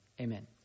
amen